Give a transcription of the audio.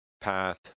path